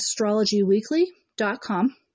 astrologyweekly.com